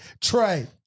Trey